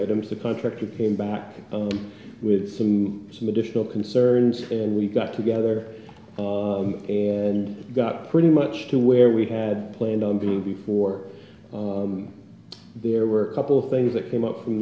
items the contractor came back with some some additional concerns and we got together and got pretty much to where we had planned on being before there were a couple things that came up